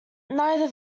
neither